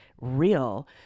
real